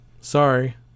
Sorry